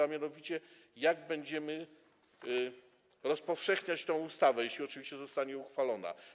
A mianowicie jak będziemy rozpowszechniać tę ustawę, jeśli oczywiście zostanie uchwalona?